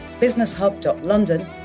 businesshub.london